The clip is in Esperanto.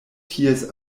ties